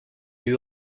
lui